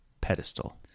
pedestal